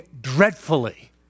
dreadfully